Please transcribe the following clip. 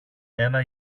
ένα